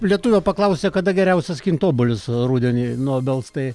lietuvio paklausia kada geriausia skint obuolius rudenį nuo obels tai